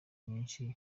nyinshi